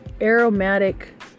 aromatic